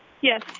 Yes